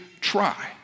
try